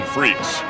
Freaks